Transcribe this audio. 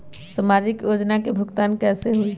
समाजिक योजना के भुगतान कैसे होई?